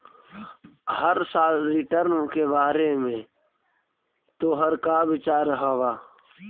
हर साल रिटर्न के बारे में तोहर का विचार हवऽ?